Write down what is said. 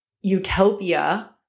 utopia